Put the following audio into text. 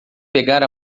pegar